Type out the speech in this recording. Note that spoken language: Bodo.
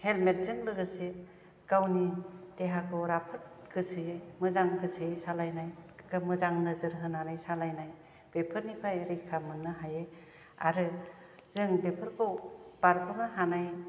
हेलमेटजों लोगोसे गावनि देहाखौ राफोद गोसोयै मोजां गोसोयै सालायनाय मोजां नोजोर होनानै सालायनाय बेफोरनिफ्राय रैखा मोननो हायो आरो जों बेफोरखौ बारग'नो हानाय